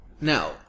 Now